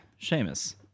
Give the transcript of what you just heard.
Seamus